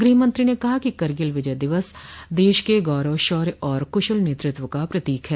गृह मंत्री ने कहा है कि करगिल विजय दिवस देश के गौरव शौर्य और कुशल नेतृत्व का प्रतीक है